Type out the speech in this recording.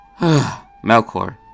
Melkor